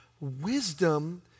wisdom